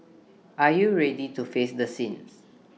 are you ready to face the sins